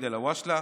ואליד אל-הואשלה,